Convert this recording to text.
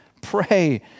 pray